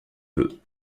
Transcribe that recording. peut